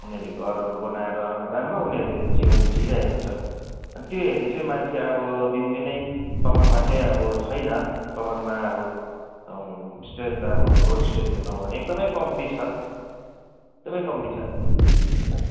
उनीहरूले घरहरू बनाएर राम्रो उनीहरूले जीवन जिइरहेको छ अनि त्यही हेरी चाहिँ मान्छे अब दिनदिनै कमानमा चाहिँ अब छैन कमानमा अब स्ट्रेन्थ अब रोल स्ट्रेन्थ हेर्नुभने अब एकदमै कम्ती छ एकदमै कम्ती छ अहिले हजुर